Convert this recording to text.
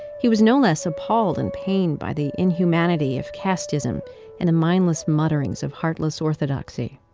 he was no less appalled and pained by the inhumanity of casteism and the mindless mutterings of heartless orthodoxy.